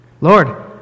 Lord